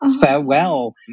farewell